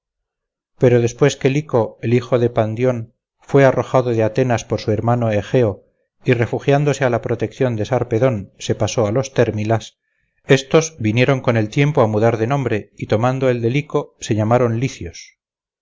pero después que lyco el hijo de pandion fue arrojado de atenas por su hermano egeo y refugiándose a la protección de sarpedon se pasó a los térmilas estos vinieron con el tiempo a mudar de nombre y tomando el de lyco se llamaron licios